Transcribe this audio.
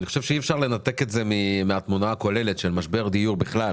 אני חושב שאי אפשר לנתק את זה מהתמונה הכוללת של משבר דיור בכלל